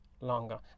longer